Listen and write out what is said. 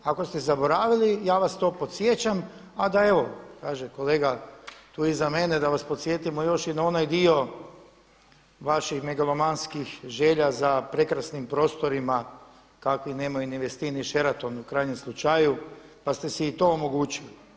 Ako ste zaboravili, ja vas to podsjećam, a da evo, kaže kolega tu iza mene da vas podsjetimo još i na onaj dio vaših megalomanskih želja za prekrasnim prostorima kakvi nemaju ni Westin ni Sheraton u krajnjem slučaju, pa ste si i to omogućili.